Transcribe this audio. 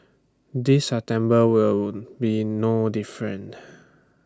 this September will be no different